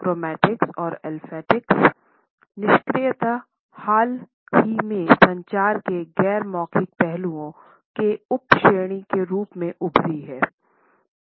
chromatics और olfactics निष्क्रियता हाल ही में संचार के गैर मौखिक पहलुओं के उपश्रेणी के रूप में उभरी है